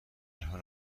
حال